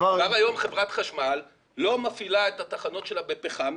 כבר היום חברת חשמל לא מפעילה את התחנות שלה בפחם,